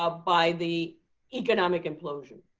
ah by the economic implosion.